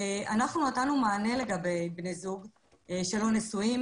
אנחנו נתנו מענה לגבי בני זוג שלא נשואים.